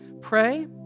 Pray